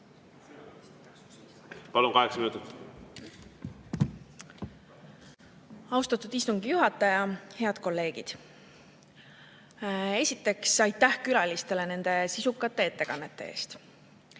Palun, kaheksa minutit! Austatud istungi juhataja! Head kolleegid! Esiteks aitäh külalistele nende sisukate ettekannete eest!